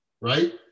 right